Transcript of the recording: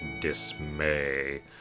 dismay